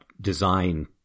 design